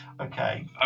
Okay